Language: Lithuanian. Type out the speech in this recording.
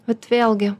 vat vėlgi